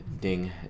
ding